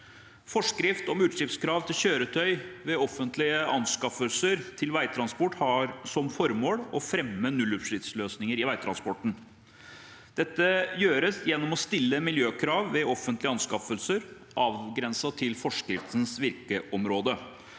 Forskrift om utslippskrav til kjøretøy ved offentlige anskaffelser til veitransport har som formål å fremme nullutslippsløsninger i veitransporten. Dette gjøres gjennom å stille miljøkrav ved offentlige anskaffelser, avgrenset til forskriftens virkeområde.